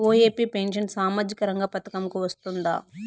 OAP pension సామాజిక రంగ పథకం కు వస్తుందా?